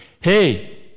hey